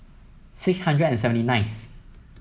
six hundred and seventy ninth